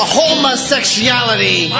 homosexuality